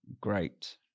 great